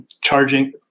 charging